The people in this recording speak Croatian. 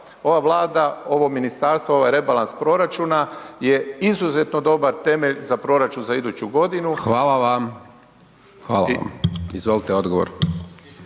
Ova Vlada, ovo ministarstvo, ovaj rebalans proračuna je izuzetno dobar temelj za proračun za iduću godinu …/Upadica: Hvala vam./… **Hajdaš